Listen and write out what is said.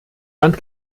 land